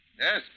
Yes